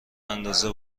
اندازه